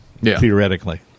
theoretically